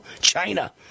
China